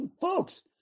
Folks